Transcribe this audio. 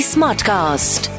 Smartcast